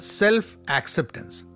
self-acceptance